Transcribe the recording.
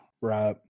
right